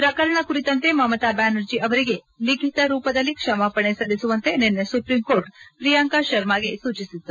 ಪ್ರಕರಣ ಕುರಿತಂತೆ ಮಮತಾ ಬ್ಯಾನರ್ಜಿ ಅವರಿಗೆ ಲಿಖಿತ ರೂಪದಲ್ಲಿ ಕ್ಷಮಾಪಣೆ ಸಲ್ಲಿಸುವಂತೆ ನಿನ್ನೆ ಸುಪ್ರೀಂ ಕೋರ್ಟ್ ಪ್ರಿಯಾಂಕ ಶರ್ಮಾಗೆ ಸೂಚಿಸಿತ್ತು